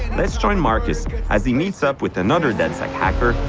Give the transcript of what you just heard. let's join marcus as he meets up with another dedsec hacker,